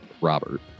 Robert